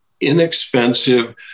inexpensive